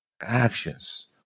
Actions